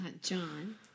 John